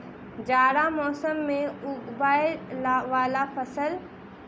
जाड़ा मौसम मे उगवय वला फसल?